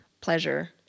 pleasure